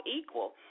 equal